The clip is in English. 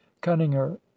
cunninger